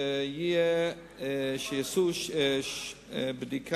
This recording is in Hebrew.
חשבו שאולי יהיה חיסון לזה.